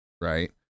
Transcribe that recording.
right